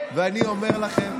ואני אומר לכם,